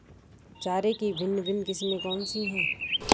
चारे की भिन्न भिन्न किस्में कौन सी हैं?